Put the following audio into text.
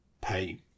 pay